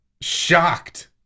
shocked